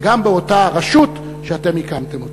וגם באותה הרשות שאתם הקמתם.